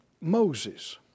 Moses